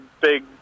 big